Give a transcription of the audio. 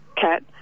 cat